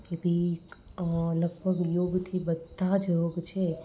એભી એક લગભગ યોગથી બધા જ યોગ છે